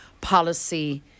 policy